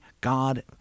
God